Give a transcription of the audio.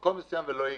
למקום מסוים, ולא הגיעו,